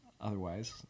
Otherwise